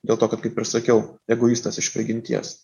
dėl to kad kaip ir sakiau egoistas iš prigimties